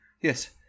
Yes